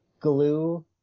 glue